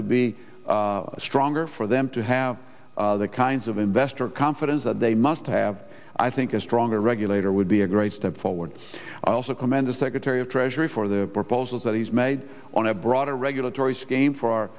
to be stronger for them to have the kinds of investor confidence that they must have i think a stronger regular it would be a great step forward i also commend the secretary of treasury for the proposals that he's made on a broader regulatory